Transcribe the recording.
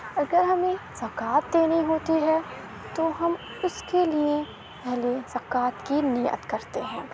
اگر ہمیں زکوٰۃ دینی ہوتی ہے تو ہم اس کے لیے پہلے زکوٰۃ کی نیت کرتے ہیں